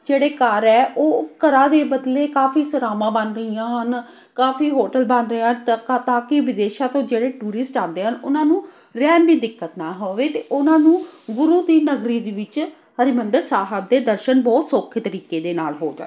ਜਿਹੜੇ ਘਰ ਹੈ ਉਹ ਘਰਾਂ ਦੇ ਬਦਲੇ ਕਾਫ਼ੀ ਸਰਾਵਾਂ ਬਣ ਗਈਆਂ ਹਨ ਕਾਫ਼ੀ ਹੋਟਲ ਬਣ ਰਹੇ ਹਨ ਤ ਤਾਂ ਕਿ ਵਿਦੇਸ਼ਾਂ ਤੋਂ ਜਿਹੜੇ ਟੂਰਿਸਟ ਆਉਂਦੇ ਹਨ ਉਹਨਾਂ ਨੂੰ ਰਹਿਣ ਦੀ ਦਿੱਕਤ ਨਾ ਹੋਵੇ ਅਤੇ ਉਹਨਾਂ ਨੂੰ ਗੁਰੂ ਦੀ ਨਗਰੀ ਦੇ ਵਿੱਚ ਹਰਿਮੰਦਰ ਸਾਹਿਬ ਦੇ ਦਰਸ਼ਨ ਬਹੁਤ ਸੌਖੇ ਤਰੀਕੇ ਦੇ ਨਾਲ ਹੋ ਜਾਣ